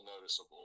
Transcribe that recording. noticeable